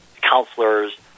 counselors